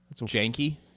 Janky